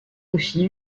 aussi